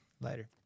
Later